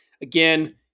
Again